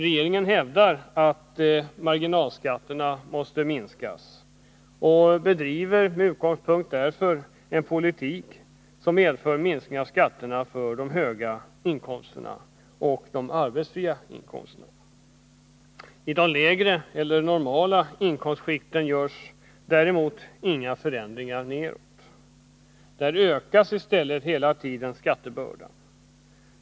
Regeringen hävdar att marginalskatterna måste minskas och bedriver därför en politik som medför en minskning av skatterna på de höga inkomsterna och de arbetsfria inkomsterna. I de lägre eller normala inkomstskikten görs däremot inga förändringar neråt. Där ökas i stället hela tiden skattebördan.